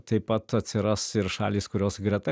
taip pat atsiras ir šalys kurios greta